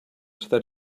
that